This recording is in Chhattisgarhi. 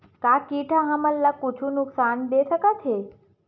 का कीट ह हमन ला कुछु नुकसान दे सकत हे?